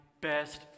best